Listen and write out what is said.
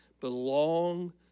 belong